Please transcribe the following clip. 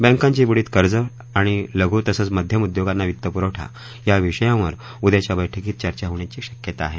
बँकांची बुडीत कर्ज आणि लघु तसंच मध्यम उद्योगांना वित्तपुरवठा या विषयांवर उद्याच्या बैठकीत चर्चा होण्याची शक्यता आहे